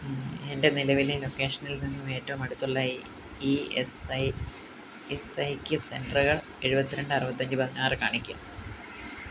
എൻ്റെ നിലവിലെ ലൊക്കേഷനിൽനിന്ന് ഏറ്റവും അടുത്തുള്ള E S I S I C സെൻറ്ററുകൾ എഴുപത്തിരണ്ട് അറുപത്തഞ്ച് പതിനാറ് കാണിക്കുക